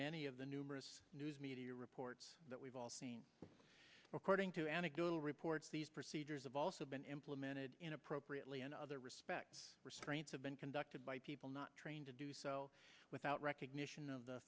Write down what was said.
many of the numerous news media reports that we've all seen according to anecdotal reports these procedures have also been implemented in appropriately in other respects restraints have been conducted by people not trained to do so without recognition of the